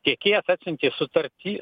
tiekėjas atsiuntė sutartį